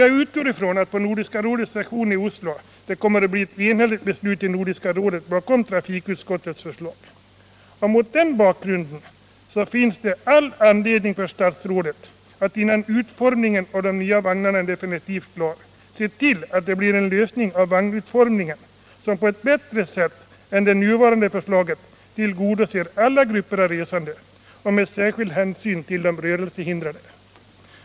Jag utgår trån att Nordiska rådet vid sessionen i Oslo kommer att fatta ett enhälligt beslut om att ställa sig bakom trafikutskottets förslag. Mot den bakgrunden finns det all anledning för statsrådet att innan utformningen av de nya vagnarna blivit definitivt klar se till att vi får en vagnutformning som på ett bättre sätt än den nu föreslagna tillgodoser alla grupper av resande och särskilt de rörelsehindrade.